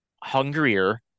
hungrier